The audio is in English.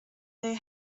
they